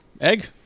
Egg